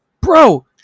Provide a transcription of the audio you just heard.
Bro